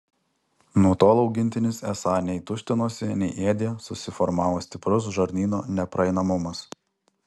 nuo tol augintinis esą nei tuštinosi nei ėdė susiformavo stiprus žarnyno nepraeinamumas